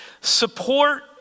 support